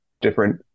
different